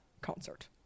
concert